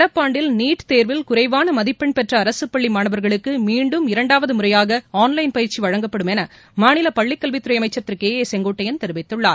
நடப்பாண்டில் நீட் தேர்வில் குறைவான மதிப்பெண் பெற்ற அரசுப்பள்ளி மாணவர்களுக்கு மீண்டும் இரண்டாவது முறையாக ஆன் லைன் பயிற்சி வழங்கப்படும் என மாநில பள்ளிக்கல்வித்துறை அமைச்சர் திரு கே ஏ செங்கோட்டையன் தெரிவித்துள்ளார்